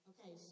Okay